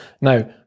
Now